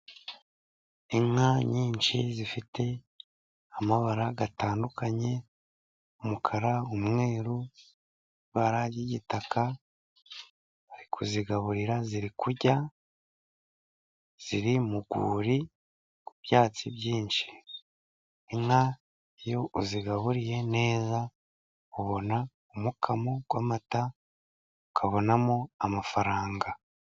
Inka nyinshi zifite amabara atandukanye. Umukara, umweru, ibara ry'igitaka bari kuzigaburira ziri kurya ziri mu rwuri, mu byatsi byinshi. Inka iyo uzigaburiye neza ubona umukamo w'amata, ukabonamo amafaranga.